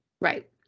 Right